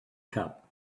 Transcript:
cup